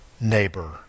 neighbor